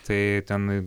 tai tenai